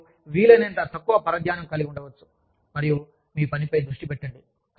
మరియు వీలైనంత తక్కువ పరధ్యానం కలిగి ఉండవచ్చు మరియు మీ పనిపై దృష్టి పెట్టండి